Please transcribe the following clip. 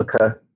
Okay